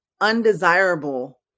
undesirable